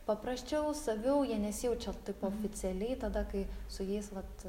paprasčiau saviau jie nesijaučia taip oficialiai tada kai su jais vat